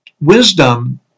wisdom